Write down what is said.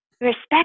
Respect